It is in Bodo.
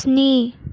स्नि